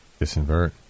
Disinvert